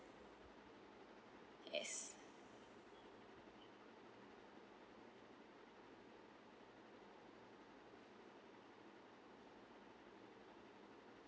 yes